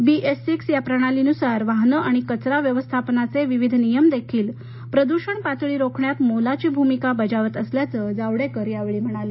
बी S six या प्रणालीनुसार वाहने आणि कचरा व्यवस्थापनाचे विविध नियम देखील प्रदूषण पातळी रोखण्यात मोलाची भूमिका बजावत असल्याचं जावडेकर यावेळी म्हणाले